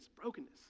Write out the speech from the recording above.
brokenness